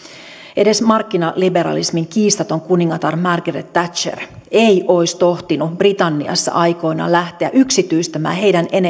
edes markkinaliberalismin kiistaton kuningatar margaret thatcher ei ei olisi tohtinut britanniassa aikoinaan lähteä yksityistämään heidän